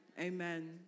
Amen